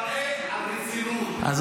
זה מראה את המציאות,